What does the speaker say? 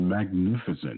magnificent